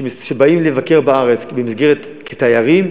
שבאים לבקר בארץ כתיירים,